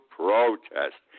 protest